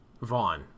vaughn